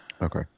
Okay